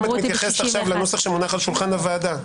האם את מתייחסת עכשיו לנוסח שמונח על שולחן הוועדה?